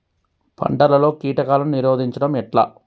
పంటలలో కీటకాలను నిరోధించడం ఎట్లా?